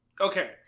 Okay